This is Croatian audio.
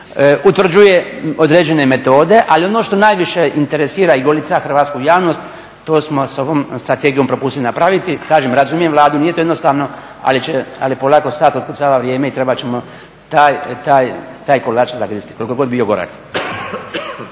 utvrđuje određene metode ali ono što najviše interesira i golica hrvatsku javnost to smo s ovom strategijom propustili napraviti. Kažem, razumijem Vladu, nije to jednostavno ali polako sat otkucava vrijeme i trebat ćemo taj kolač zagristi koliko god bio gorak.